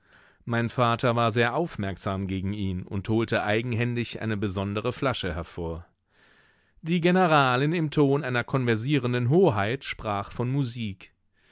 mein vater war sehr aufmerksam gegen ihn und holte eigenhändig eine besondere flasche hervor die generalin im ton einer konversierenden hoheit sprach von musik